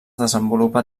desenvolupa